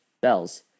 bells